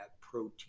protein